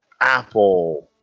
apple